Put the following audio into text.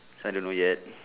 so I don't know yet